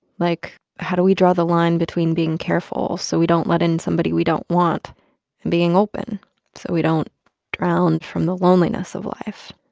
like, how do we draw the line between being careful so we don't let in somebody we don't want and being open so we don't drown from the loneliness of life?